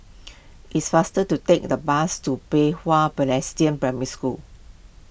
it is faster to take the bus to Pei Hwa Presbyterian Primary School